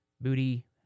Booty